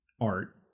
art